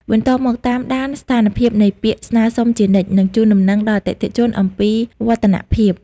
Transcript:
បន្ទាប់មក តាមដានស្ថានភាពនៃពាក្យស្នើសុំជានិច្ច និងជូនដំណឹងដល់អតិថិជនអំពីវឌ្ឍនភាព។